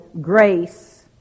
grace